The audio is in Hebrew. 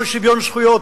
ולא על שוויון זכויות,